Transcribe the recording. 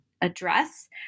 address